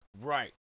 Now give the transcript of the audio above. Right